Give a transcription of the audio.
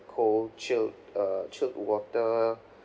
cold chill uh chilled water